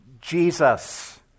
Jesus